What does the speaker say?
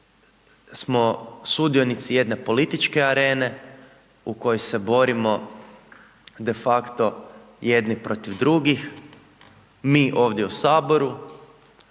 smo sudionici jedne političke arene u kojoj se borimo de facto jedni protiv drugih, mi ovdje u Saboru,